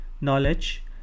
knowledge